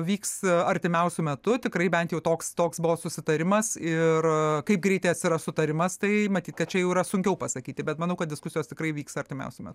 vyks artimiausiu metu tikrai bent jau toks toks buvo susitarimas ir kaip greitai atsiras sutarimas tai matyt kad čia jau yra sunkiau pasakyti bet manau kad diskusijos tikrai vyks artimiausiu metu